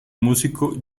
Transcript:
músico